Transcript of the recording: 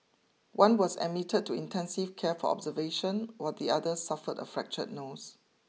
one was admitted to intensive care for observation while the other suffered a fractured nose